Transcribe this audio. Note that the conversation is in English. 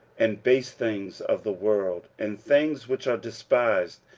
and base things of the world, and things which are despised,